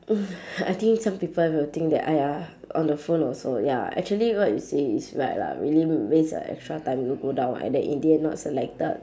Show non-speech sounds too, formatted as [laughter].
[noise] I think some people will think that !aiya! on the phone also ya actually what you say is right lah really waste your extra time to go down and then in the end not selected